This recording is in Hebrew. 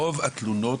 רוב התלונות,